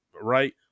right